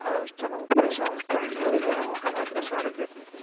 அத வச்சித்தான் நம்ம